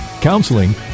counseling